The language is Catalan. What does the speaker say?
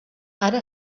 ara